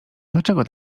dlaczego